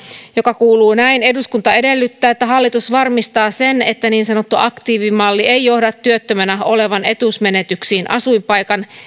joka kuuluu näin eduskunta edellyttää että hallitus varmistaa sen että niin sanottu aktiivimalli ei johda työttömänä olevan etuusmenetyksiin asuinpaikan